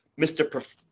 Mr